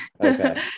Okay